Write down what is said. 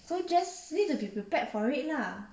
so just need to be prepared for it lah